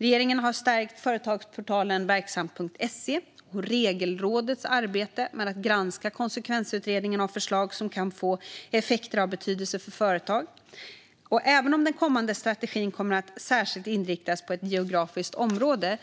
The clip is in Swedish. Regeringen har stärkt företagsportalen Verksamt.se och Regelrådets arbete med att granska konsekvensutredningar av förslag som kan få effekter av betydelse för företag. Den kommande strategin kommer särskilt att inriktas på ett geografiskt område,